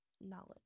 knowledge